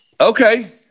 okay